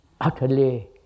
utterly